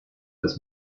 das